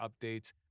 updates